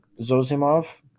Zosimov